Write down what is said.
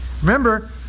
remember